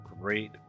great